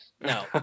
No